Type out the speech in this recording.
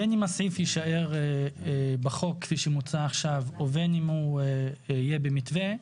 בין אם הסעיף יישאר בחוק כפי שמוצע עכשיו ובין אם הוא יהיה במתווה,